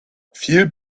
viel